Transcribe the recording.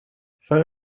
för